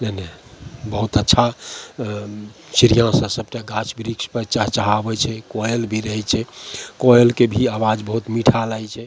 मने बहुत अच्छा चिड़िआँसब सबटा गाछ बिरिछपर चहचहाबै छै कोयल भी रहे छै कोयलके भी आवाज बहुत मीठा लागै छै